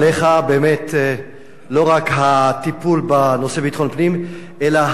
באמת לא רק הטיפול בנושא ביטחון פנים אלא השקט